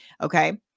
okay